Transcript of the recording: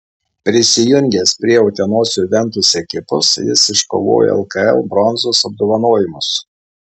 prisijungęs prie utenos juventus ekipos jis iškovojo lkl bronzos apdovanojimus